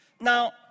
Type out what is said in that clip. Now